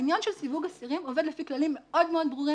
העניין של סיווג אסירים עובד לפי כללים מאוד ברורים.